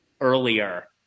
earlier